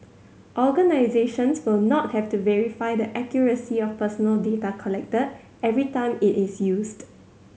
organisations will not have to verify the accuracy of personal data collected every time it is used